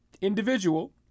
individual